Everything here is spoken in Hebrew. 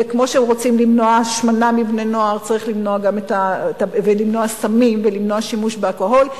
וכמו שרוצים למנוע השמנה מבני-נוער ולמנוע סמים ולמנוע שימוש באלכוהול,